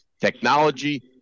technology